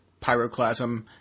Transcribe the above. Pyroclasm